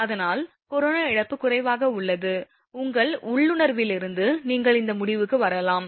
எனவே அதனால் கரோனா இழப்பு குறைவாக உள்ளது உங்கள் உள்ளுணர்விலிருந்து நீங்கள் இந்த முடிவுக்கு வரலாம்